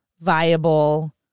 viable